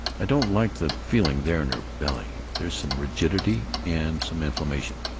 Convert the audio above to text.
i don't like the feeling there in her belly. there's some rigidity and some inflammation.